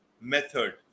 method